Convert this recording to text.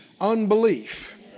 unbelief